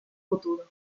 futuro